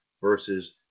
versus